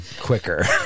quicker